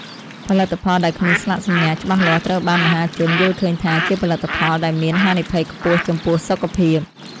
ផលិតផលដែលគ្មានស្លាកសញ្ញាច្បាស់លាស់ត្រូវបានមហាជនយល់ឃើញថា ជាផលិតផលដែលមានហានិភ័យខ្ពស់ចំពោះសុខភាព។